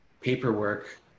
paperwork